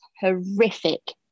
horrific